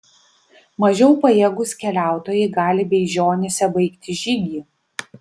mažiau pajėgūs keliautojai gali beižionyse baigti žygį